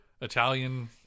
Italian